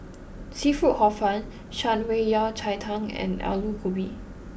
Seafood Hor Fun Shan Rui Yao Cai Tang and Aloo Gobi